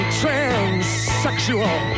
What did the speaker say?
transsexual